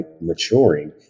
maturing